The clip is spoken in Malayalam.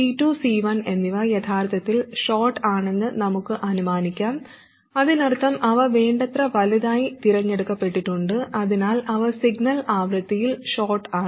C2 C1 എന്നിവ യഥാർത്ഥത്തിൽ ഷോർട്ട് ആണെന്ന് നമുക്ക് അനുമാനിക്കാം അതിനർത്ഥം അവ വേണ്ടത്ര വലുതായി തിരഞ്ഞെടുക്കപ്പെട്ടിട്ടുണ്ട് അതിനാൽ അവ സിഗ്നൽ ആവൃത്തിയിൽ ഷോർട്ട്സാണ്